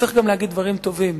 וצריך גם להגיד דברים טובים,